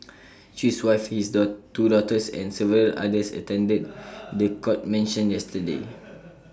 chew's wife is the two daughters and several others attended The Court mention yesterday